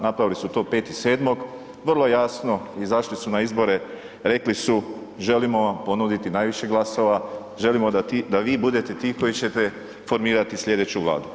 Napravili su to 5.7., vrlo jasno izašli su na izbore, rekli su želimo vam ponuditi najviše glasova, želimo da vi budete ti koji ćete formirati slijedeću vladu.